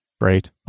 Great